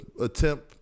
attempt